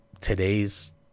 today's